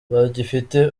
bagifite